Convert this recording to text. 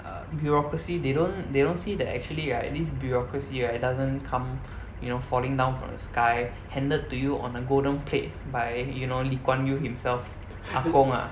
uh bureaucracy they don't they don't see that actually right this bureaucracy right doesn't come you know falling down from the sky handed to you on a golden plate by you know lee kuan yew himself ah gong ah